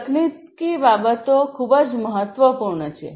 તકનીકી બાબતો ખૂબ જ મહત્વપૂર્ણ છે